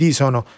sono